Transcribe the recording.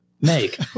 make